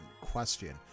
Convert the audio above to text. question